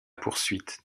poursuite